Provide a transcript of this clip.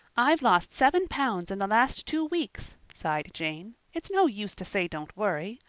i've lost seven pounds in the last two weeks, sighed jane. it's no use to say don't worry.